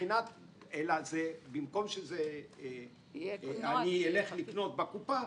במקום שאני אלך לקנות בקופה,